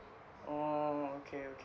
orh okay okay